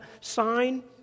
sign